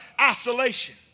isolation